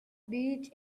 beach